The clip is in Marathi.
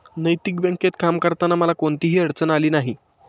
नैतिक बँकेत काम करताना मला कोणतीही अडचण आली नाही